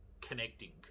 connecting